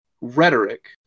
Rhetoric